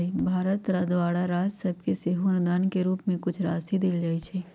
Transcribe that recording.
भारत द्वारा राज सभके सेहो अनुदान के रूप में कुछ राशि देल जाइ छइ